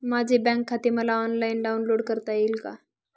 माझे बँक खाते मला ऑनलाईन डाउनलोड करता येईल का?